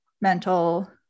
mental